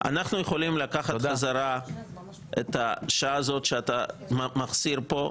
אנחנו יכולים לקחת בחזרה את השעה הזאת שאתה מחסיר פה,